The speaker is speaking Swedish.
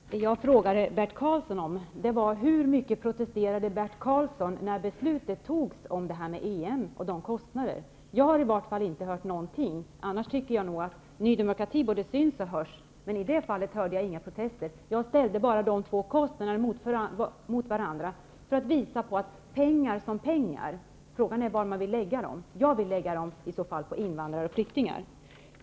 Herr talman! Det jag frågade Bert Karlsson om var hur mycket Bert Karlsson protesterade när beslutet om kostnaderna för EM togs. Jag har i vart fall inte hört någonting. Annars tycker jag att Ny demokrati både syns och hörs. Men i det fallet hörde jag inga protester. Jag ställde bara de två kostnaderna mot varandra för att visa på att det är pengar som pengar. Frågan är var man vill lägga dem. Jag vill lägga dem på invandrare och flyktingar.